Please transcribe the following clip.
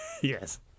Yes